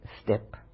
step